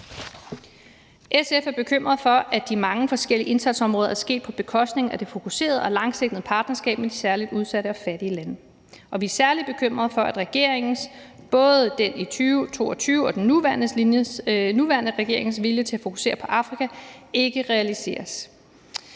SF er bekymret for, at de mange forskellige indsatsområder er sket på bekostning af det fokuserede og langsigtede partnerskab med de særlig udsatte og fattige lande, og vi er særlig bekymrede for, at regeringens, både den i 2022 og den nuværende, vilje til at fokusere på Afrika ikke realiseres